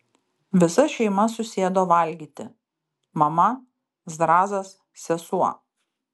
visa šeima susėdo valgyti mama zrazas sesuo